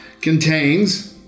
contains